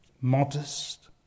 modest